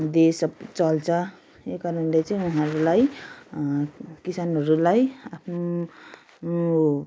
देश सब चल्छ यही कारणले चाहिँ म उहाँहरूलाई किसानहरूलाई